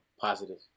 positive